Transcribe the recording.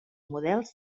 models